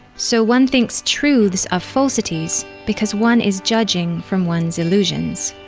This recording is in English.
so one thinks truths are falsities, because one is judging from one's illusions.